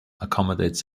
accommodates